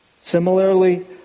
Similarly